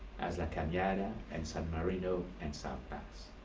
as le canyona and san marino and south pas.